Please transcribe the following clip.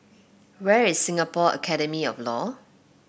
where is Singapore Academy of Law